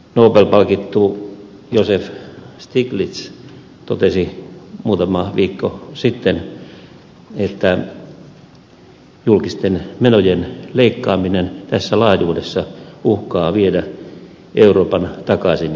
nobel palkittu joseph stiglitz totesi muutama viikko sitten että julkisten menojen leikkaaminen tässä laajuudessa uhkaa viedä euroopan takaisin taantumaan